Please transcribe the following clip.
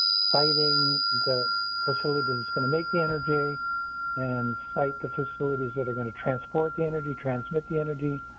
fighting the facilities is going to make the energy and cite the facilities that are going to transport the energy, transmit the energy